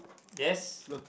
yes